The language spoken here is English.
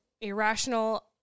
irrational